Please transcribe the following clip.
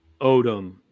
odom